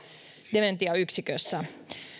dementiayksikössä